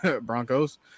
Broncos